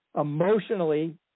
emotionally